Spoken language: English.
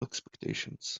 expectations